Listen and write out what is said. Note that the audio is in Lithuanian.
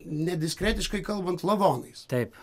nediskretiškai kalbant lavonais